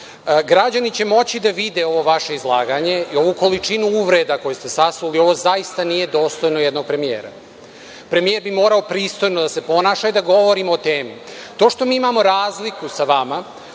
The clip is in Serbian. građani će moći da vide vaše izlaganje i ovu količinu uvreda koju ste sasuli. Ovo zaista nije dostojno jednog premijera. Premijer bi morao pristojno da se ponaša i da govori o temi. To što i imamo razliku sa vama